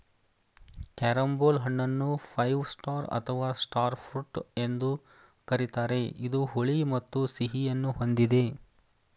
carambola ಹಣ್ಣನ್ನು five star ಅಥವಾ star fruit ಹಣ್ಣು ಎಂದು ಕರಿತಾರೆ ಇದು ಹುಳಿ ಮತ್ತು ಸಿಹಿಯನ್ನು ಹೊಂದಿದೆ